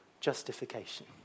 justification